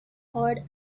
charred